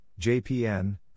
JPN